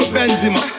Benzema